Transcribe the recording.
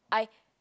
I